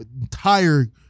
entire